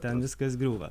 ten viskas griūva